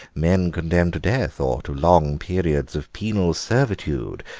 men condemned to death or to long periods of penal servitude,